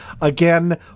again